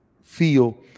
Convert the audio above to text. feel